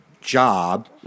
job